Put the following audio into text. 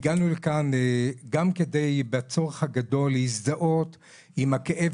הגענו לכאן גם כדי הצורך הגדול להזדהות עם הכאב